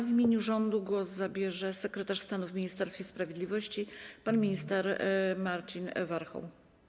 W imieniu rządu głos zabierze sekretarz stanu w Ministerstwie Sprawiedliwości pan minister Marcin Warchoł.